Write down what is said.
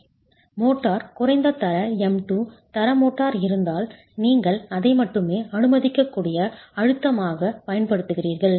mortar குறைந்த தர M2 தர மோட்டார் இருந்தால் நீங்கள் அதை மட்டுமே அனுமதிக்கக்கூடிய அழுத்தமாகப் பயன்படுத்துகிறீர்கள்